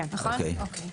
תודה.